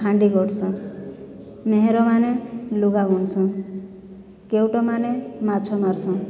ହାଣ୍ଡି ଗଢ଼ସନ୍ ମହେରମାନେ ଲୁଗା ବୁଣୁସନ୍ କେଉଟମାନେ ମାଛ ମାରୁସନ୍